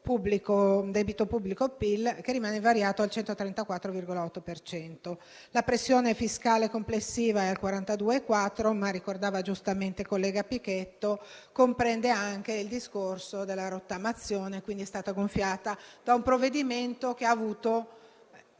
tra debito pubblico e PIL, che rimane invariato al 134,8 per cento. La pressione fiscale complessiva è al 42,4, ma - come ricordava giustamente il collega Pichetto - comprende anche il discorso della rottamazione. È stata gonfiata, quindi, da un provvedimento che ha avuto